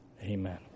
Amen